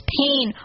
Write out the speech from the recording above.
pain